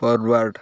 forward